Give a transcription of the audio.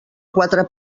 quatre